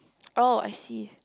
oh I see